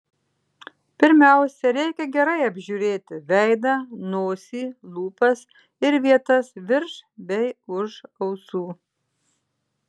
pirmiausia reikia gerai apžiūrėti veidą nosį lūpas ir vietas virš bei už ausų